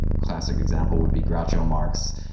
classic example would be groucho marx.